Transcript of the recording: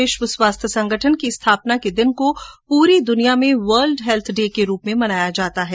विश्व स्वास्थ्य संगठन की स्थापना के दिन को पूरी दुनिया में वर्ल्ड हैल्थ डे के रूप में मनाया जाता है